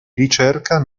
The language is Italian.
ricerca